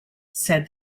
said